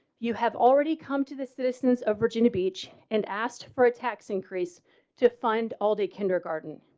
you have already come to the citizens of virginia beach and asked for a tax increase to find allday kindergarten.